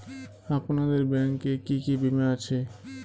আপনাদের ব্যাংক এ কি কি বীমা আছে?